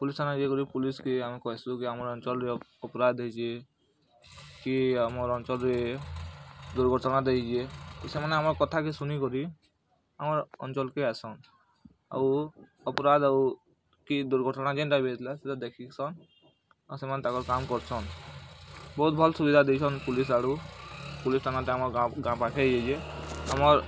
police ଥାନାକେ ଇଏ କରି ପୁଲିସ୍ କେ ଆମକୁ ଆସୁ କେ ଆମର ଅଞ୍ଚଲ୍ରେ ଅପରାଧ ହେଇଛି କି ଆମର ଅଞ୍ଚଲ୍ରେ ଦୁର୍ଘଟଣା ଦେଇ କି ସେମାନେ ଆମ କଥା କେ ଶୁନି କରି ଆମର ଅଞ୍ଚଲ୍ କେ ଆସନ୍ ଆଉ ଅପରାଧ ଆଉ କି ଦୁର୍ଘଟଣା କେନ୍ତା ବି ହୋଇଥିଲା ସେଇଟା ଦେଖି ସନ୍ ଆଉ ସେମାନେ ତାଙ୍କର କାମ କରୁଛନ୍ ବହୁତ ଭଲ ସୁବିଧା ଦେଇ ସନ୍ ପୁଲିସ୍ ଆଡ଼ୁ ପୁଲିସ୍ ଥାନା ଟା ଆମ ଗାଁ ଗାଁ ପାଖେ ହେଇ ଯାଇଛେ ଆମର୍